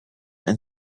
and